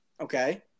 Okay